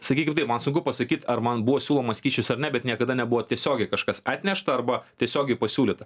sakykim taip man sunku pasakyt ar man buvo siūlomas kyšis ar ne bet niekada nebuvo tiesiogiai kažkas atnešta arba tiesiogiai pasiūlyta